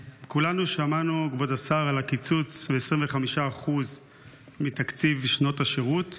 כבוד השר, על הקיצוץ של 25% בתקציב שנות השירות.